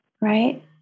Right